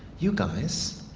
you guys.